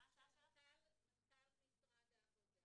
משרד העבודה